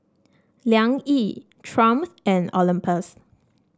Liang Yi Triumph and Olympus